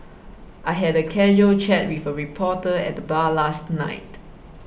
I had a casual chat with a reporter at the bar last night